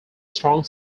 strong